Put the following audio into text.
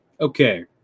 Okay